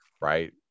Right